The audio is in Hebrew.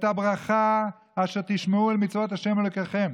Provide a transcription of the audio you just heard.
"את הברכה אשר תשמעו אל מצות ה' אלוקיכם".